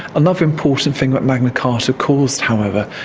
another important thing that magna carta caused, however,